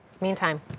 Meantime